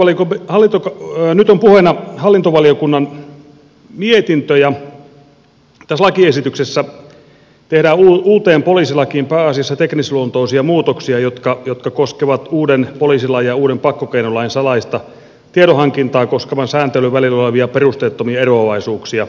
nyt on puheena hallintovaliokunnan mietintö ja tässä lakiesityksessä tehdään uuteen poliisilakiin pääasiassa teknisluontoisia muutoksia jotka koskevat uuden poliisilain ja uuden pakkokeinolain salaista tiedonhankintaa koskevan sääntelyn välillä olevia perusteettomia eroavaisuuksia